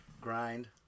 Grind